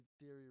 Theory